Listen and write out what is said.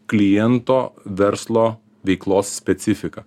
kliento verslo veiklos specifiką